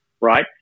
right